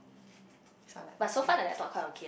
so I like okay